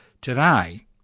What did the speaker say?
Today